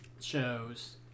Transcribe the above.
shows